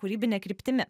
kūrybine kryptimi